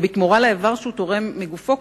ובתמורה לאיבר שהוא תורם מגופו,